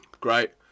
great